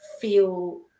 feel